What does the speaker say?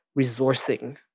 resourcing